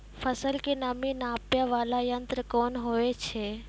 फसल के नमी नापैय वाला यंत्र कोन होय छै